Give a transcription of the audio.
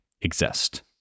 exist